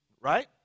Right